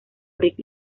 rick